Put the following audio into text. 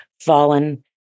fallen